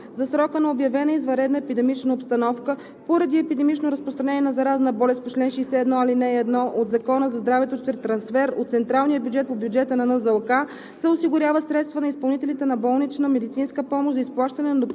Комисията предлага да се създаде чл. 5: Чл. 5. (1) За срока на обявена извънредна епидемична обстановка поради епидемично разпространение на заразна болест по чл. 61, ал. 1 от Закона за здравето чрез трансфер от централния бюджет по бюджета на НЗОК